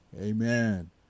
Amen